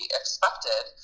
expected